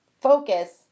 focus